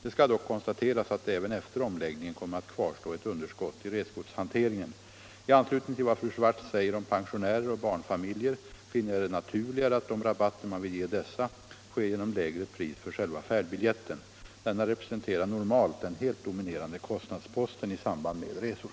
Det skall dock konstateras, att det även efter omläggningen kommer att kvarstå ett underskott i resgodshanteringen. I anslutning till vad fru Swartz säger om pensionärer och barnfamiljer finner jag det naturligare att de rabatter man vill ge dessa sker genom lägre pris för själva färdbiljetten. Denna representerar normalt den helt dominerande kostnadsposten i samband med resor.